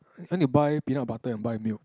then you buy peanut butter and buy milk